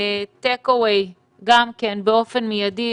טייק-אווי, גם כן באופן מידי.